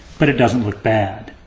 but it doesn't look bad.